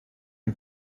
هیچ